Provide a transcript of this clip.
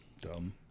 Dumb